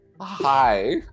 Hi